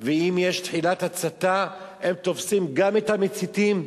ואם יש תחילת הצתה, הם תופסים גם את המציתים.